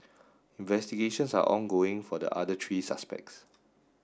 investigations are ongoing for the other three suspects